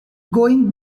going